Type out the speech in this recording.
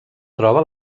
troba